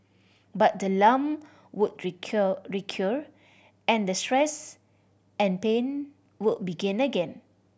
but the lump would recur recur and the stress and pain would begin again